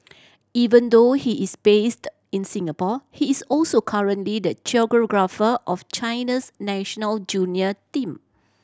even though he is based in Singapore he is also currently the choreographer of China's national junior team